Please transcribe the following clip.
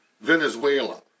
Venezuela